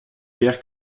guère